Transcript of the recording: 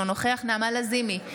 אינו נוכח נעמה לזימי,